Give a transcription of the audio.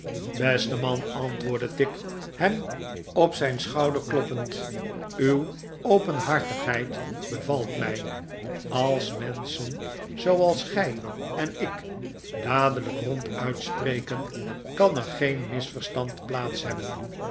beste man antwoordde tigg hem op zijn schouder kloppend uw openhartigheid bevalt mij als menschen zooals gij en ik dadelijk ronduit spreken kan er geen misverstand plaats hebben